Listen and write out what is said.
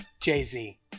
Jay-Z